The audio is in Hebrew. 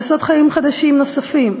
לעשות חיים חדשים נוספים.